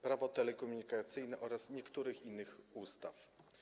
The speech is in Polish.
Prawo telekomunikacyjne oraz niektórych innych ustaw.